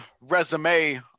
resume